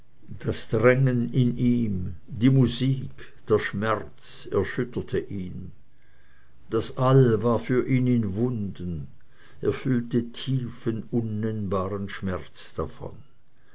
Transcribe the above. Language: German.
das drängen in ihm die musik der schmerz erschütterte ihn das all war für ihn in wunden er fühlte tiefen unnennbaren schmerz davon